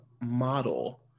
model